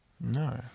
No